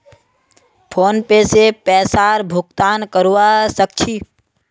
PhonePe से पैसार भुगतान करवा सकछी